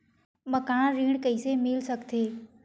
मकान ऋण कइसे मिल सकथे?